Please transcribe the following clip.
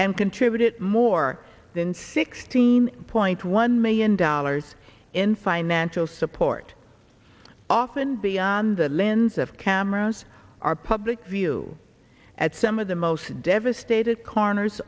and contributed more than sixteen point one million dollars in financial support often beyond the lens of cameras are public view at some of the most devastated corners